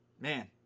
man